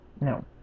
no